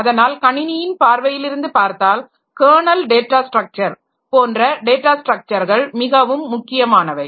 அதனால் கணினியின் பார்வையிலிருந்து பார்த்தால் கெர்னல் டேட்டா ஸ்ட்ரக்சர்களை போன்ற டேட்டா ஸ்ட்ரக்சர்கள் மிகவும் முக்கியமானவை